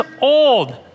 old